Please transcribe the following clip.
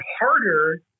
harder